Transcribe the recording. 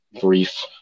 brief